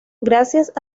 gracias